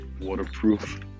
waterproof